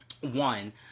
one